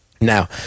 Now